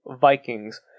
Vikings